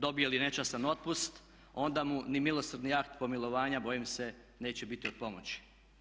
Dobije li nečastan otpust onda mu ni milosrdni akt pomilovanja bojim se neće biti od pomoći.